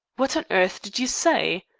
what on earth did you say?